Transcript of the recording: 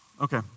Okay